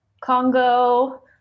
congo